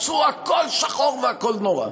הכול שחור והכול נורא.